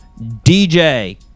DJ